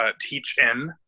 teach-in